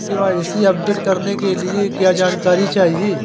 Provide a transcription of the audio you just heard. KYC update करने के लिए क्या जानकारी चाहिए?